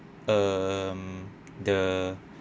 um the